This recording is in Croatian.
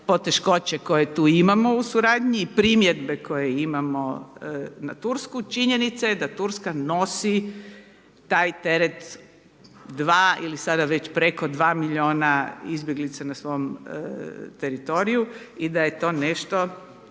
poteškoće koje tu imamo u suradnji i primjedbe koje imamo na Tursku. Činjenica je da Turska nosi taj teret 2 ili sada već preko 2 miliona izbjeglica na svom teritoriju i da je to nešto